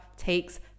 takes